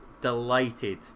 delighted